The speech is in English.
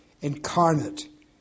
incarnate